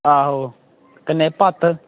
आहो कन्नै भत्त